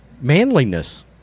manliness